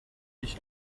ich